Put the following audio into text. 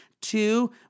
Two